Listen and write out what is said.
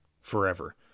forever